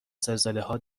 زلزلهها